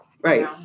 Right